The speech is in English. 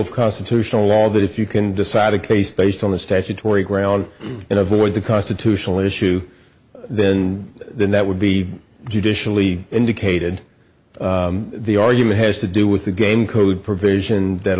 of constitutional law that if you can decide a case based on the statutory ground and avoid the constitutional issue then then that would be judicially indicated the argument has to do with the game code provision that